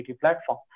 platform